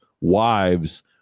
wives